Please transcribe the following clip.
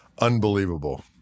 unbelievable